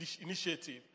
initiative